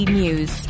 news